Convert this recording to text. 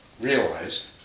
realized